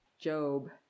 Job